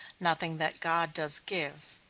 nothing that god does give.